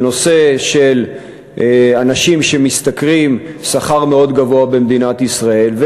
של אנשים שמשתכרים שכר מאוד גבוה במדינת ישראל,